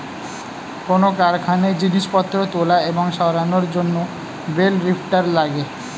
কোন কারখানায় জিনিসপত্র তোলা এবং সরানোর জন্যে বেল লিফ্টার লাগে